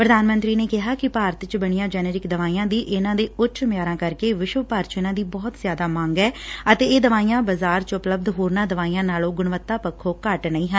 ਪ੍ਰਧਾਨ ਮੰਤਰੀ ਨੇ ਕਿਹਾ ਕਿ ਭਾਰਤ ਚ ਬਣੀਆਂ ਜੈਨਰਿਕ ਦਵਾਈਆਂ ਦੀ ਇਨਾਂ ਦੇ ਉੱਚ ਮਿਆਰਾਂ ਕਰਕੇ ਵਿਸ਼ਵ ਭਰ ਚ ਇਨਾਂ ਦੀ ਬਹੁਤ ਜ਼ਿਆਦਾ ਮੰਗ ਐ ਅਤੇ ਇਹ ਦਵਾਈਆਂ ਬਾਜ਼ਾਰ ਚ ਉਪਲਬਧ ਹੋਰਨਾਂ ਦਵਾਈਆਂ ਨਾਲੋਂ ਗੁਣਵੱਤਾ ਪੱਖੋਂ ਘੱਟ ਨਹੀਂ ਐ